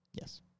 Yes